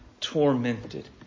tormented